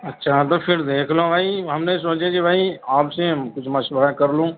اچھا تو پھر دیکھ لو بھائی ہم نے سوچے جی بھائی آپ سے کچھ مشورہ کر لوں